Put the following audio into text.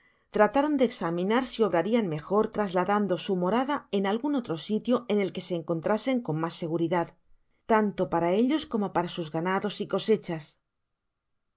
trataron de examinar si obrarian mejor trasladando su morada en algun otro sitio en el que se encontrasen con mas seguridad tanto para ellos como para sus ganados y cosechas